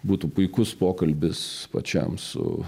būtų puikus pokalbis pačiam su